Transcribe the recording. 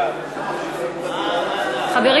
חברים,